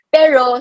pero